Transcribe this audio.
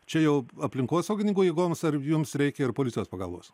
čia jau aplinkosaugininkų jėgoms ar jums reikia ir policijos pagalbos